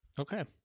Okay